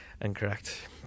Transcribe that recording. incorrect